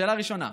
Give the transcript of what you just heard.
שאלה ראשונה: